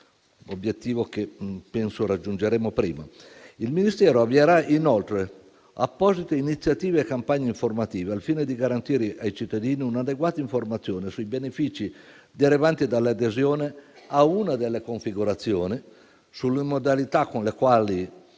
obiettivo che penso raggiungeremo prima. Il Ministero avvierà inoltre apposite iniziative e campagne informative al fine di garantire ai cittadini un'adeguata informazione sui benefici derivanti dall'adesione a una delle configurazioni e sulle modalità con le quali